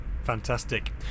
fantastic